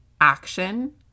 action